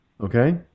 Okay